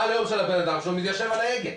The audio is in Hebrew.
למה הלאום של הבן אדם שמתיישב על ההגה.